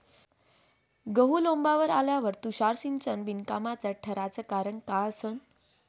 गहू लोम्बावर आल्यावर तुषार सिंचन बिनकामाचं ठराचं कारन का असन?